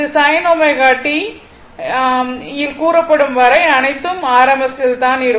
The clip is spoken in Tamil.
இது sin ω t யில் கூறப்படும் வரை மற்றும் அனைத்தும் rms ல் தான்